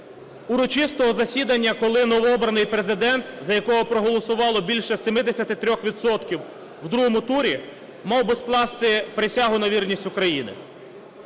урочистого засідання, коли новообраний Президент, за якого проголосувало більше 73 відсотків у другому турі, мав би скласти присягу на вірність Україні.